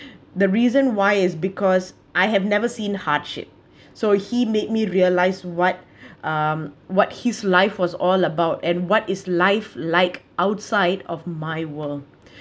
the reason why is because I have never seen hardship so he made me realise what um what his life was all about and what is life like outside of my world